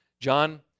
John